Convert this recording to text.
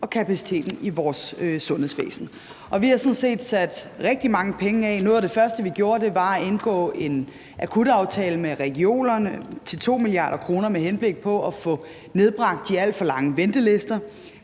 og kapaciteten i vores sundhedsvæsen, og vi har sådan set sat mange rigtig mange penge af til det. Noget af det første, vi gjorde, var at indgå en akutaftale med regionerne til 2 mia. kr. med henblik på at få nedbragt de alt for lange ventelister.